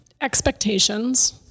expectations